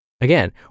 Again